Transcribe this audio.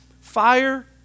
fire